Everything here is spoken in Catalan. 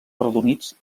arrodonits